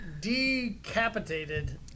decapitated